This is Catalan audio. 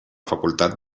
facultat